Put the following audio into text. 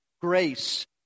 grace